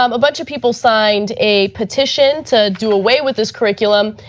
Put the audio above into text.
um a bunch of people signed a petition to do away with this curriculum,